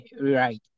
right